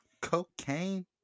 cocaine